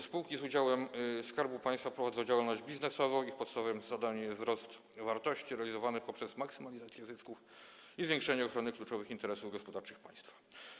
Spółki z udziałem Skarbu Państwa prowadzą działalność biznesową i ich podstawowym zadaniem jest wzrost wartości realizowany poprzez maksymalizację zysków i zwiększenie ochrony kluczowych interesów gospodarczych państwa.